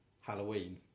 halloween